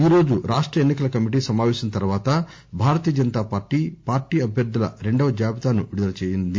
ఈరోజు రాష్ట ఎన్నికల కమిటీ సమాపేశం తర్వాత భారతీయ జనతా పార్టీ పార్టీ అభ్యర్థుల రెండవ జాబితాను విడుదల చేయనుంది